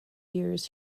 years